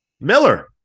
Miller